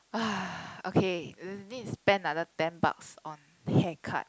okay need to spend another ten bucks on hair cut